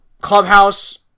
clubhouse